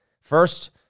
First